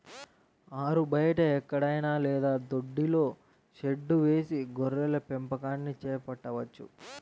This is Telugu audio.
ఆరుబయట ఎక్కడైనా లేదా దొడ్డిలో షెడ్డు వేసి గొర్రెల పెంపకాన్ని చేపట్టవచ్చు